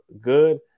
good